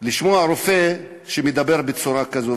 לשמוע רופא שמדבר בצורה כזו,